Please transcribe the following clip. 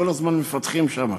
כל הזמן מפתחים שם.